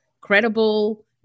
credible